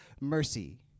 mercy